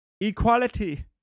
Equality